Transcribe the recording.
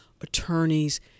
attorneys